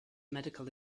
medical